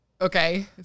Okay